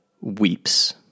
weeps